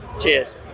Cheers